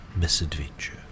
misadventure